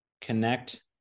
connect